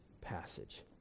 passage